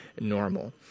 normal